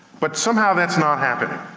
but somehow that's not happening,